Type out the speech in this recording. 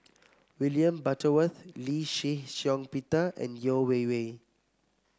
William Butterworth Lee Shih Shiong Peter and Yeo Wei Wei